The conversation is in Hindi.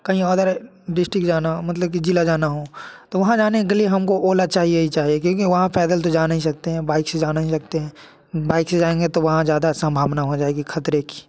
कहीं और डिस्ट्रिक जाना हो मतलब जिला जाना हो तो वहाँ जाने के लिए हमको ओला चाहिए ही चाहिए क्योंकि वहाँ पैदल तो जा नहीं सकते हैं बाइक से जा नहीं सकते हैं बाइक से जाएँगे तो वहाँ ज़्यादा संभावना हो जाएगी खतरे की